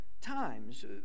times